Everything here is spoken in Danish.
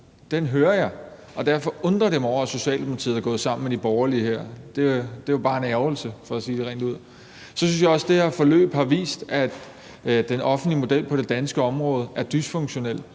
jeg er der, og derfor undrer jeg mig over, at Socialdemokratiet er gået sammen med de borgerlige her. Det er bare en ærgrelse for at sige det rent ud. Så synes jeg også, at det her forløb har vist, at den danske model på det offentlige område er dysfunktionel.